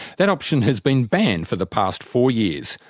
that option has been banned for the past four years,